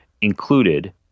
included